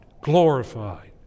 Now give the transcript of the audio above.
glorified